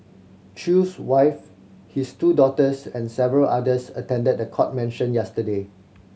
Chew's wife his two daughters and several others attended the court mention yesterday